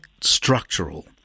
structural